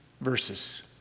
verses